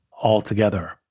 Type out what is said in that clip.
altogether